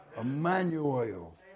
Emmanuel